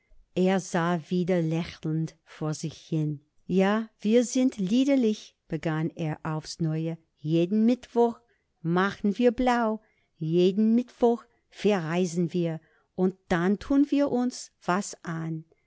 er sah wieder lächelnd vor sich hin ja wir sind liederlich begann er aufs neue jeden mittwoch mach'n wir blau jeden mittwoch verreisen wir und dann tun wir uns was an